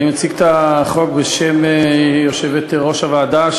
אני מציג את החוק בשם יושבת-ראש הוועדה,